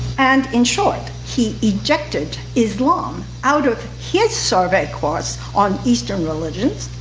and, in short, he ejected islam out of his survey course on eastern religions,